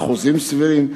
האם באחוזים סבירים?